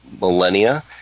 millennia